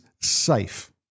safe